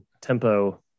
tempo